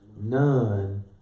none